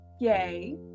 yay